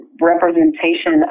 representation